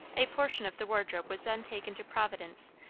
a portion of the wardrobe was then taken to providence,